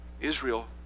Israel